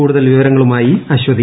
കൂടുതൽ വിവരങ്ങളുമായി അശ്വതി